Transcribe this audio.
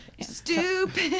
Stupid